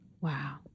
Wow